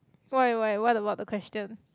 why why what about the question